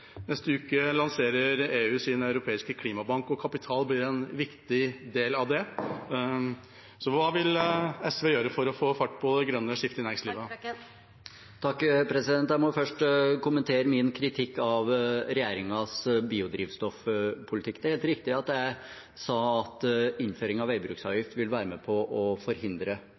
Neste uke lanserer EU sin europeiske klimabank, og kapital blir en viktig del av det. Hva vil SV gjøre for å få fart på det grønne skiftet i næringslivet? Jeg må først kommentere min kritikk av regjeringens biodrivstoffpolitikk. Det er helt riktig at jeg sa at innføring av veibruksavgift ville være med på å forhindre